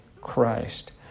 Christ